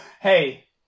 Hey